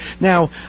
Now